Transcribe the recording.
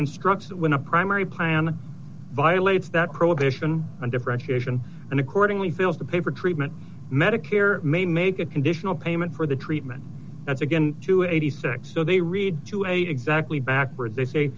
instructs when a primary plan violates that prohibition and differentiation and accordingly feels the paper treatment medicare may make a conditional payment for the treatment that's again to eighty six so they read to a exactly backward